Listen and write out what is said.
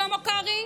שלמה קרעי?